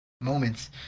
moments